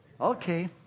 Okay